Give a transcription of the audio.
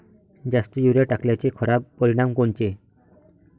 जास्त युरीया टाकल्याचे खराब परिनाम कोनचे?